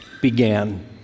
began